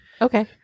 Okay